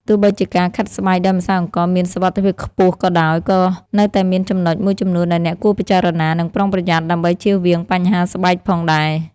ទោះបីជាការខាត់ស្បែកដោយម្សៅអង្ករមានសុវត្ថិភាពខ្ពស់ក៏ដោយ ក៏នៅតែមានចំណុចមួយចំនួនដែលអ្នកគួរពិចារណា និងប្រុងប្រយ័ត្នដើម្បីជៀសវាងបញ្ហាស្បែកផងដែរ។